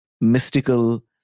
mystical